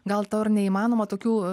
gal to ir neįmanoma tokių